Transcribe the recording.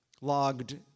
Logged